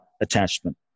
attachment